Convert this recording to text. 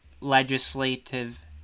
legislative